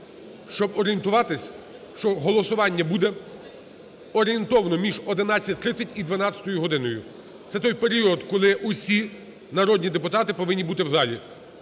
щоб орієнтуватись, що голосування буде орієнтовно між 11:30 і 12 годиною. Цей той період, коли всі народні депутати повинні бути в залі.